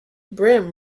brim